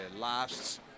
last